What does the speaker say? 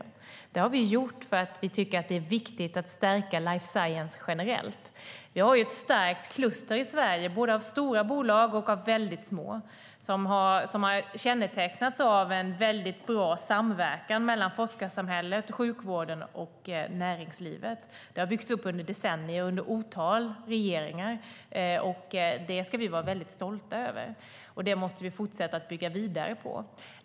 Detta har vi gjort för att vi tycker att det viktigt att stärka life science generellt. Vi har ett starkt kluster i Sverige av såväl stora som väldigt små bolag. Det kännetecknas av en bra samverkan mellan forskarsamhället, sjukvården och näringslivet. Det har byggts upp under decennier under ett otal regeringar, och det ska vi vara stolta över. Vi måste fortsätta bygga vidare på det.